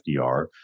FDR